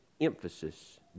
emphasis